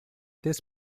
this